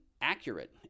accurate